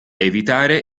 evitare